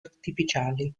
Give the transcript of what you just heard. artificiali